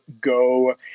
go